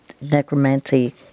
Necromancy